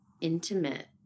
intimate